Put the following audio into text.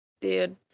dude